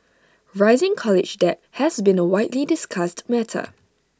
rising college debt has been A widely discussed matter